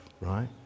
right